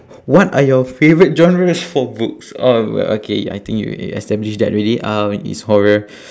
what are your favourite genres for books oh okay I think you establish that already uh it's horror